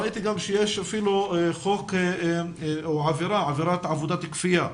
ראיתי גם שיש אפילו עבירת עבודת כפייה,